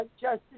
Justice